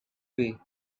way